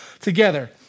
together